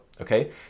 Okay